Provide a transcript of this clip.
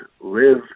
live